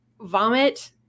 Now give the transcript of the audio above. vomit